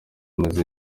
maze